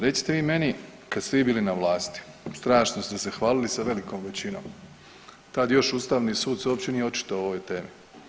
Recite vi meni kad ste vi bili na vlasti, strašno ste se hvaliti sa velikom većinom, tad još Ustavni sud se uopće nije očitovao o ovoj temi.